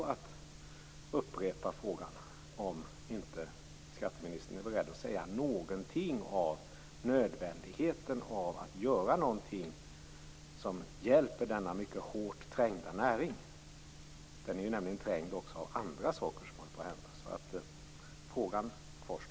Jag upprepar frågan om inte skatteministern är beredd att säga någonting om nödvändigheten av att göra något som hjälper denna mycket hårt trängda näring. Den är trängd av andra saker som håller på att hända. Frågan kvarstår.